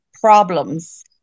problems